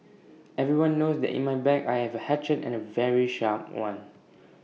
everyone knows that in my bag I have A hatchet and A very sharp one